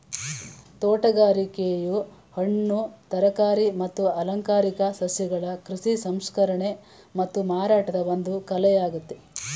ತೋಟಗಾರಿಕೆಯು ಹಣ್ಣು ತರಕಾರಿ ಮತ್ತು ಅಲಂಕಾರಿಕ ಸಸ್ಯಗಳ ಕೃಷಿ ಸಂಸ್ಕರಣೆ ಮತ್ತು ಮಾರಾಟದ ಒಂದು ಕಲೆಯಾಗಯ್ತೆ